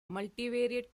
multivariate